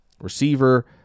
Receiver